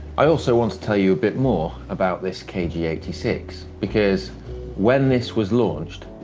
i also want to tell you a bit more about this k g eight six because when this was launched,